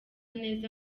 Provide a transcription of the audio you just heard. neza